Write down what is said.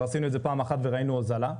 עשינו את זה פעם אחת וראינו הזולה.